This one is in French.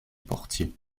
portier